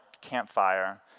campfire